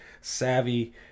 savvy